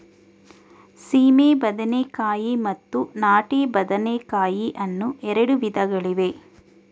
ಸೀಮೆ ಬದನೆಕಾಯಿ ಮತ್ತು ನಾಟಿ ಬದನೆಕಾಯಿ ಅನ್ನೂ ಎರಡು ವಿಧಗಳಿವೆ